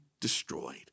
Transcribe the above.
destroyed